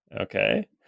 Okay